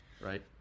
right